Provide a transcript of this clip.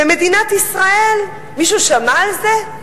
ומדינת ישראל, מישהו שמע על זה?